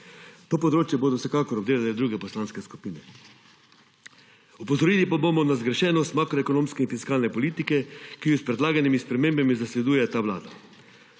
To področje bodo vsekakor obdelale druge poslanske skupine. Opozorili pa bomo na zgrešenost makroekonomske fiskalne politike, ki jo s predlaganimi spremembami zasleduje ta vlada.